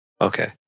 Okay